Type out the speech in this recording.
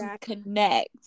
connect